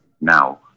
Now